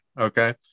Okay